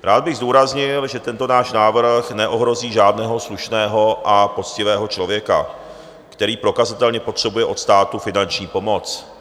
Rád bych zdůraznil, že tento náš návrh neohrozí žádného slušného a poctivého člověka, který prokazatelně potřebuje od státu finanční pomoc.